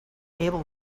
able